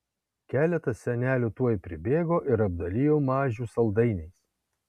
keletas senelių tuoj pribėgo ir apdalijo mažių saldainiais